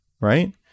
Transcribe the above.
right